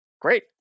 great